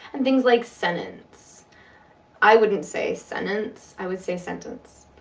and things like sen'ence i wouldn't say sen'ence, i would say sentence.